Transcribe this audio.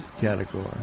category